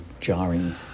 jarring